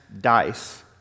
dice